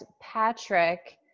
Patrick